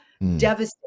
devastating